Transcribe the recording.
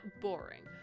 boring